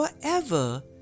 forever